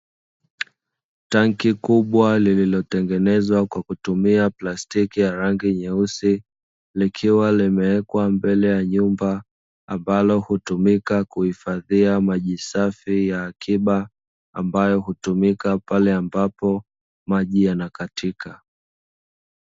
Tanki kubwa lililotengenezwa kwa kutumia plastiki ya rangi nyeusi, likiwa limewekwa mbele ya nyumba ambalo hutumika kuhifadhia maji safi ya akiba, ambayo hutumika pale ambapo maji yanakatika.